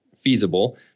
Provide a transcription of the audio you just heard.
feasible